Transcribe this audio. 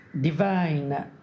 divine